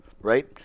right